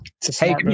Hey